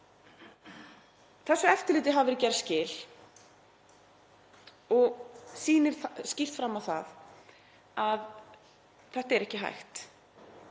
Þessu eftirliti hafa verið gerð skil og sýnir það skýrt fram á að þetta er ekki hægt.